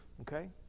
okay